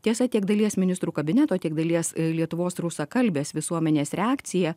tiesa tiek dalies ministrų kabineto tiek dalies lietuvos rusakalbės visuomenės reakciją